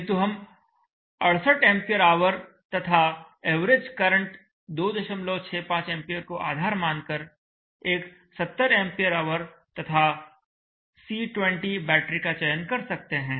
किंतु हम 68 Ah तथा एवरेज करंट 265A को आधार मानकर एक 70Ah तथा C20 बैटरी का चयन कर सकते हैं